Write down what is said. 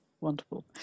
wonderful